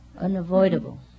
unavoidable